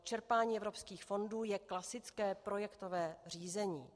Čerpání evropských fondů je klasické projektové řízení.